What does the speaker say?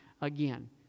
again